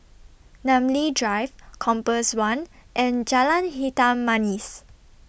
Namly Drive Compass one and Jalan Hitam Manis